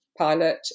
pilot